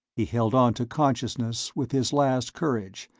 he held on to consciousness with his last courage,